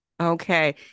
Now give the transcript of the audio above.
Okay